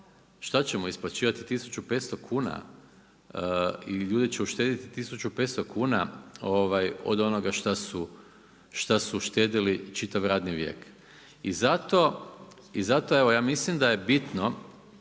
šta ćemo isplaćivati 1500 kuna, i ljudi će uštedjeti 1500 kuna od onoga šta su uštedjeli čitav radni vijek. I zato ja mislim da je bitno